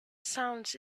sounds